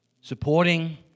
supporting